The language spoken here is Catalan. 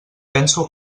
penso